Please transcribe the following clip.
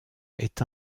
est